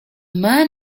man